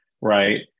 right